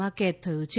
માં કેદ થયું છે